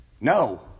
No